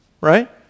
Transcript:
Right